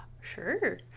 sure